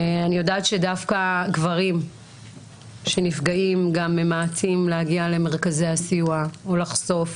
אני יודעת שדווקא גברים שנפגעים ממעטים להגיע למרכזי הסיוע או לחשוף,